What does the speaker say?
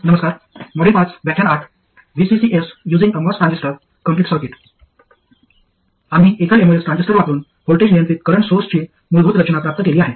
आम्ही एकल MOS transistor वापरुन व्होल्टेज नियंत्रित करंट सोर्सची मूलभूत रचना प्राप्त केली आहे